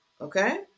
Okay